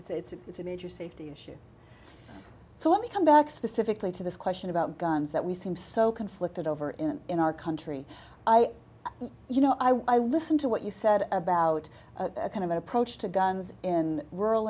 it's a major safety issue so let me come back specifically to this question about guns that we seem so conflicted over in in our country i you know i listened to what you said about kind of an approach to guns in rural